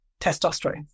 testosterone